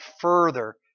further